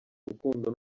rukundo